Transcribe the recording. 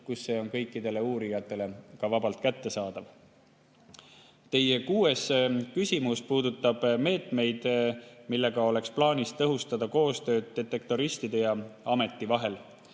kus see on kõikidele uurijatele vabalt kättesaadav. Kuues küsimus puudutab meetmeid, millega oleks plaanis tõhustada koostööd detektoristide ja ameti vahel.